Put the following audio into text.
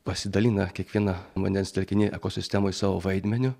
pasidalina kiekviena vandens telkiny ekosistemoj savo vaidmeniu